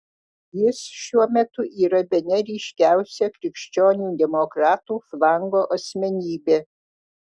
jis šiuo metu yra bene ryškiausia krikščionių demokratų flango asmenybė